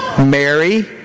Mary